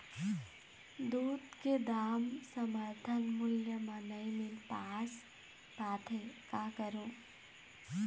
दूध के दाम समर्थन मूल्य म नई मील पास पाथे, का करों?